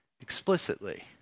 explicitly